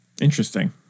Interesting